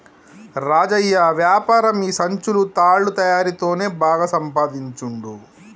రాజయ్య వ్యాపారం ఈ సంచులు తాళ్ల తయారీ తోనే బాగా సంపాదించుండు